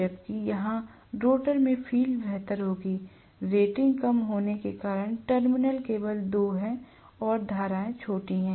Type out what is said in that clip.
जबकि यहाँ रोटर में फ़ील्ड बेहतर होगी रेटिंग कम होने के कारण टर्मिनल केवल 2 हैं और धाराएँ छोटी हैं